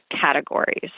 categories